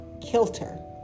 kilter